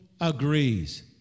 agrees